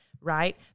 right